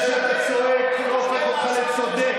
זה שאתה צועק לא הופך אותך לצודק,